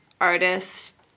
artist